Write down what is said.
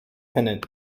pennant